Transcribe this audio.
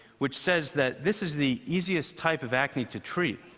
which says that this is the easiest type of acne to treat.